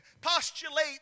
postulate